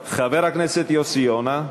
חבר הכנסת יוסי יונה,